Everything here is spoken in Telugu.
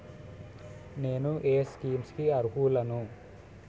నేను ఏ స్కీమ్స్ కి అరుహులను?